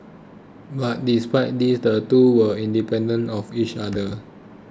but despite this the two were independent of each other